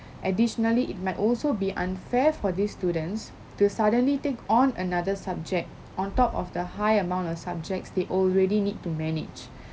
additionally it might also be unfair for these students to suddenly take on another subject on top of the high amount of subjects they already need to manage